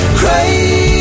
crazy